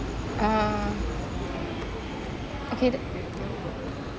uh okay th~